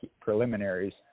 preliminaries